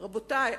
רבותי,